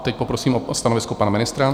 Teď poprosím o stanovisko pana ministra.